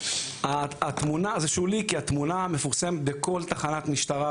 כי התמונה מפורסמת בכל תחנת משטרה,